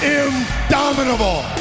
indomitable